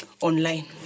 online